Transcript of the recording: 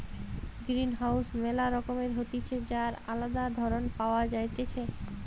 greenhouse ম্যালা রকমের হতিছে যার আলদা ধরণ পাওয়া যাইতেছে